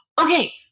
okay